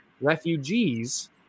refugees